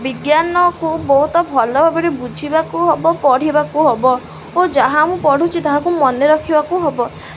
ବିଜ୍ଞାନକୁ ବହୁତ ଭଲ ଭାବରେ ବୁଝିବାକୁ ହେବ ପଢ଼ିବାକୁ ହେବ ଓ ଯାହା ମୁଁ ପଢ଼ୁଛି ତାହାକୁ ମନେ ରଖିବାକୁ ହେବ